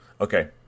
Okay